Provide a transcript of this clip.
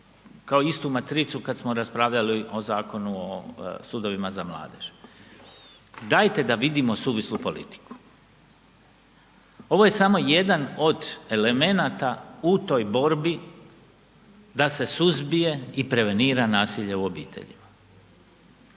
kao istu matricu kada smo raspravljali o Zakonu o sudovima za mladež, dajte da vidimo suvislu politiku. Ovo je samo jedan od elementa u toj borbi da se suzbije i prevenira nasilje u obiteljima.